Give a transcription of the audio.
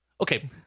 Okay